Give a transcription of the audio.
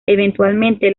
eventualmente